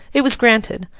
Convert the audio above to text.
it was granted.